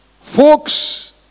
Folks